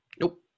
Nope